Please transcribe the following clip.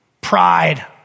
Pride